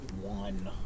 One